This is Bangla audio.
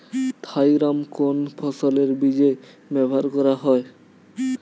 থাইরাম কোন ফসলের বীজে ব্যবহার করা হয়?